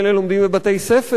הילדים האלה לומדים בבתי-ספר.